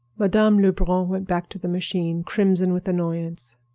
madame lebrun went back to the machine, crimson with annoyance.